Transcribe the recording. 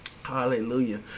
Hallelujah